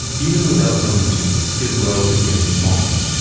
even without zoning changes, skid row is getting smaller.